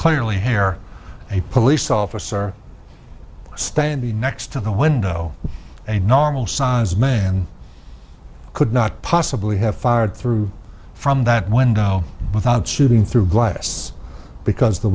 clearly herr a police officer standing next to the window a normal sized man could not possibly have fired through from that window without shooting through glass because the